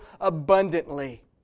abundantly